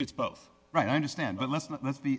it's both right i understand but let's not let's be